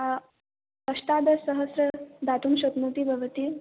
अष्टादशसहस्र दातुं शक्नोति भवती